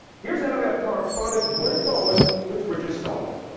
here's and nmif correspondent gwyneth doland with richard stolley.